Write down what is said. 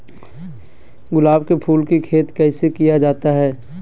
गुलाब के फूल की खेत कैसे किया जाता है?